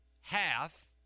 half